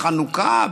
בחנוכה,